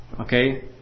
Okay